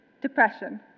depression